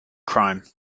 crime